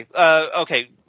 okay